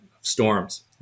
storms